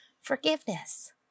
forgiveness